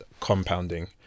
compounding